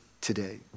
today